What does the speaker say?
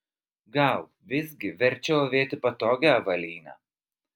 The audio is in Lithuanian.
gal visgi verčiau avėti patogią avalynę